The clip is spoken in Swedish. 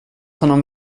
honom